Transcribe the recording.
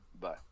Bye